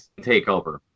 takeover